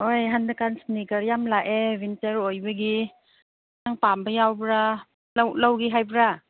ꯍꯣꯏ ꯍꯟꯗꯛ ꯀꯥꯟ ꯏꯁꯅꯤꯀꯔꯁ ꯌꯥꯝ ꯂꯥꯛꯑꯦ ꯋꯤꯟꯇꯔ ꯑꯣꯏꯕꯒꯤ ꯅꯪ ꯄꯥꯝꯕ ꯌꯥꯎꯕꯔꯥ ꯂꯧꯒꯦ ꯍꯥꯏꯕ꯭ꯔꯥ